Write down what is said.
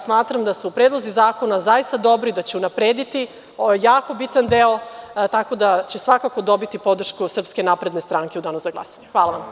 Smatram da su predlozi zakona zaista dobri, da će unaprediti jako bitan deo, tako da će svakako dobiti podršku SNS u danu za glasanje.